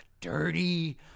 dirty